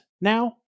now